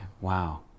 Wow